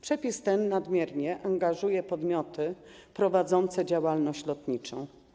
Przepis ten nadmiernie angażuje podmioty prowadzące działalność lotniczą.